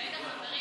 חברים,